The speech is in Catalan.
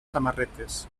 samarretes